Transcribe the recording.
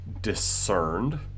discerned